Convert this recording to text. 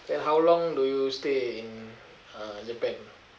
then how long do you stay in uh japan